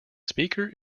speaker